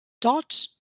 dot